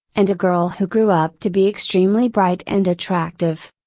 and a girl who grew up to be extremely bright and attractive.